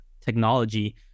technology